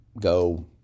go